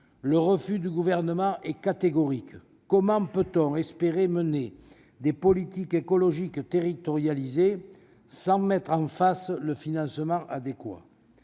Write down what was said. nous oppose un refus catégorique. Comment peut-on espérer mener des politiques écologiques territorialisées sans mettre en face le financement adéquat ?